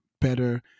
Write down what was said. better